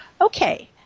Okay